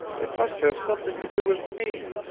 it must have something to do with me,